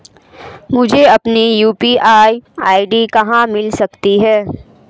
मुझे अपनी UPI ID कहां मिल सकती है?